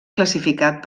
classificat